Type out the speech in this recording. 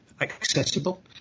accessible